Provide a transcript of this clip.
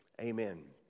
Amen